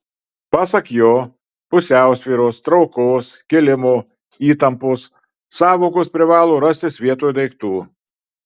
pasak jo pusiausvyros traukos kilimo įtampos sąvokos privalo rastis vietoj daiktų